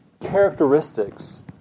characteristics